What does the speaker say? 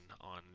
on